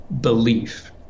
belief